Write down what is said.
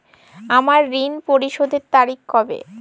আমার ঋণ পরিশোধের তারিখ কবে?